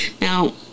Now